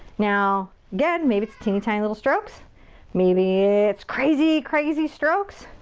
now, again, maybe it's teeny tiny little strokes maybe it's crazy, crazy strokes.